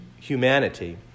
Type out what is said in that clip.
humanity